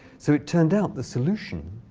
so it turned out the solution